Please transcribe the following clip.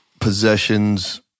possessions